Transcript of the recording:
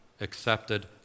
accepted